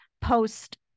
post